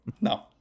No